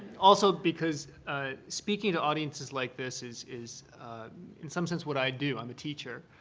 also because speaking to audiences like this is is in some sense what i do. i'm a teacher.